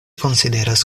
konsideras